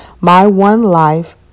myonelife